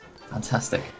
Fantastic